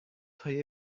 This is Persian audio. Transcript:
های